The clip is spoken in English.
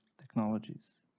technologies